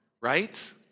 right